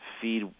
feed